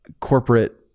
corporate